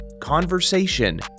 conversation